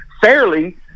fairly